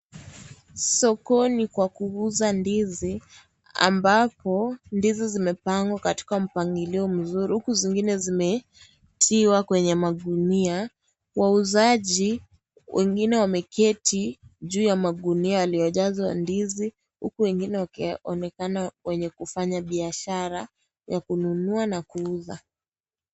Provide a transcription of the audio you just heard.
Sokoni kwa kuuza ndizi, ambapo ndizi zimepangwa katika mpangilio mzuri, huku zingine zimetiwa kwenye magunia. Wauzaji, wengine wameketi juu ya magunia yaliyojazwa ndizi huku wengine wakionekana wenye kufanya biashara ya kununua na kuuza.